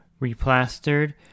replastered